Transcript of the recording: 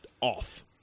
off